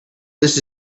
this